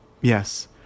Yes